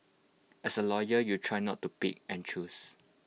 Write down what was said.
as A lawyer you try not to pick and choose